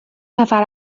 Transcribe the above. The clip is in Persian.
نفر